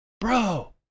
Bro